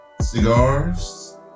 cigars